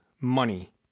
money